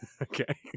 Okay